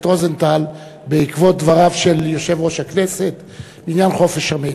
רוזנטל בעקבות דבריו של יושב-ראש הכנסת בעניין חופש המידע.